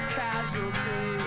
casualty